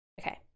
Okay